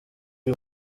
uyu